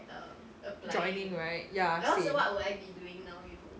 joining right ya okay